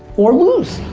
or loose.